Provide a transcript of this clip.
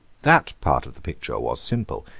that part of the picture was simple,